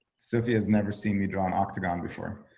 sofia has never seen me draw octagon before.